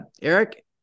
Eric